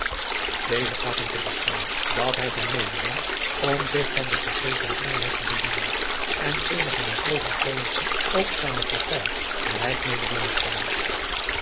deze gaf hem te verstaan dat hij van meening was om zich van de gegeven vrijheid te bedienen en eenige matrozen kozen ook zijne partij gelijk